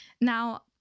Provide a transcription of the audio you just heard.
now